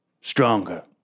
stronger